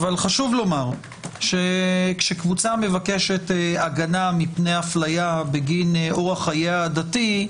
חשוב לומר שכאשר קבוצה מבקשת הגנה מפני הפליה בגין אורח חייה הדתי,